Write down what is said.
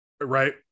right